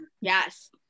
yes